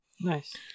Nice